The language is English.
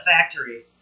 factory